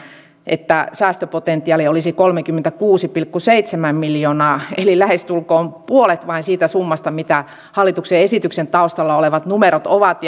että säästöpotentiaali olisi kolmekymmentäkuusi pilkku seitsemän miljoonaa eli lähestulkoon vain puolet siitä summasta mitä hallituksen esityksen taustalla olevat numerot ovat